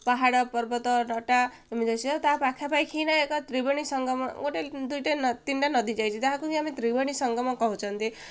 ପାହାଡ଼ ପର୍ବତ ନଟା ଏମିତି ଅଛି ତା' ପାଖା ପାଖି ନା ଏକ ତ୍ରିବଣୀ ସଙ୍ଗମ ଗୋଟେ ଦୁଇଟା ତିନିଟା ନଦୀ ଯାଇଛି ଯାହାକୁି ଆମେ ତ୍ରିବଣୀ ସଂଗମ କହୁଛନ୍ତି